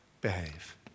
behave